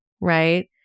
right